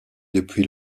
depuis